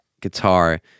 guitar